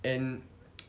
and